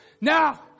Now